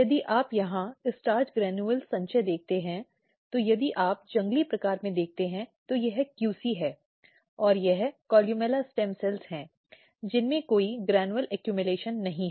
यदि आप यहां स्टार्च ग्रेन्युल संचय देखते हैं तो यदि आप जंगली प्रकार में देखते हैं तो यह QC है और यह कोलुमेला स्टेम सेल है जिसमें कोई ग्रेन्युल संचय नहीं है